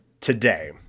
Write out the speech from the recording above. today